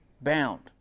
bound